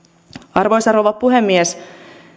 arvoisa rouva puhemies